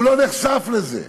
הוא לא נחשף לזה,